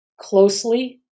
closely